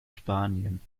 spanien